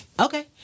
okay